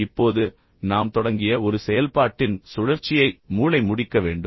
இப்போது நாம் தொடங்கிய ஒரு செயல்பாட்டின் சுழற்சியை மூளை முடிக்க வேண்டும்